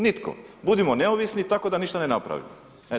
Nitko, budimo neovisni tako da ništa ne napravimo.